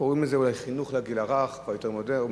קוראים לזה אולי חינוך לגיל הרך, כבר יותר מודרני,